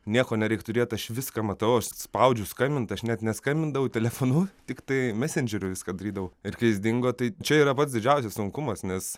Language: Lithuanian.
nieko nereik turėti aš viską matau aš spaudžiu skambinti aš net neskambindavau telefonu tiktai mesendžeriu viską darydavau ir kai jis dingo tai čia yra pats didžiausias sunkumas nes